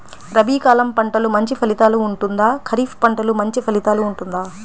రబీ కాలం పంటలు మంచి ఫలితాలు ఉంటుందా? ఖరీఫ్ పంటలు మంచి ఫలితాలు ఉంటుందా?